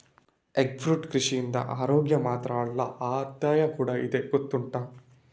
egg fruit ಕೃಷಿಯಿಂದ ಅರೋಗ್ಯ ಮಾತ್ರ ಅಲ್ಲ ಆದಾಯ ಕೂಡಾ ಇದೆ ಗೊತ್ತುಂಟಾ